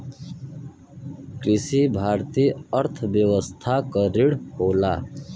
कृषि भारतीय अर्थव्यवस्था क रीढ़ होला